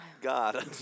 God